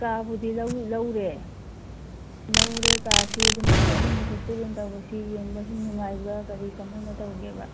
ꯀꯥꯕꯨꯗꯤ ꯂꯧꯔꯦ ꯂꯧꯔꯦ ꯀꯥꯁꯤ ꯑꯗꯨꯝ ꯅꯣꯏꯅ ꯑꯍꯤꯡꯗꯨ ꯐꯦꯁꯇꯤꯕꯦꯜ ꯇꯧꯕꯁꯤ ꯌꯦꯡꯕꯁꯨ ꯅꯨꯡꯉꯥꯏꯕ꯭ꯔꯥ ꯀꯔꯤ ꯀꯃꯥꯏꯅ ꯇꯧꯒꯦꯕ